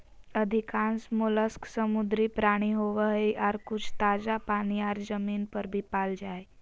अधिकांश मोलस्क समुद्री प्राणी होवई हई, आर कुछ ताजा पानी आर जमीन पर भी पाल जा हई